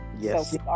yes